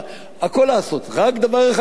רק דבר אחד לא יהיה להם, עבודה.